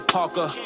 Parker